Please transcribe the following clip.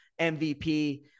MVP